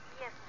Yes